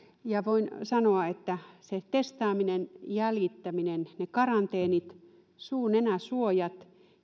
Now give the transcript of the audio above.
ammattilaisena voin sanoa että se testaaminen jäljittäminen ne karanteenit suu nenäsuojat